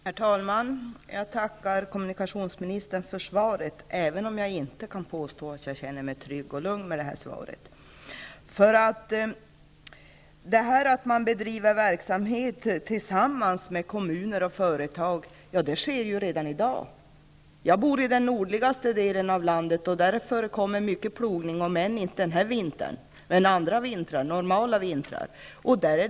Herr talman! Jag tackar kommunikationsministern för svaret. Men jag kan inte påstå att jag känner mig trygg och lugn efter att ha fått det. Redan i dag bedriver man ju verksamhet tillsammans med kommuner och företag. Jag bor i den nordligaste delen av landet. Där förekommer det mycket plogning under normala vintrar. Den här vintern har det ju inte varit så.